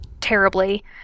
terribly